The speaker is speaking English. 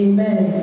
Amen